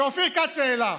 שאופיר כץ העלה,